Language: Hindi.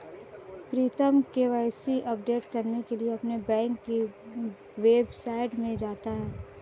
प्रीतम के.वाई.सी अपडेट करने के लिए अपने बैंक की वेबसाइट में जाता है